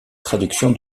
traduction